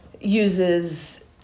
uses